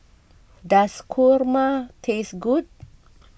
does Kurma taste good